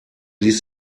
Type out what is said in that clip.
ließ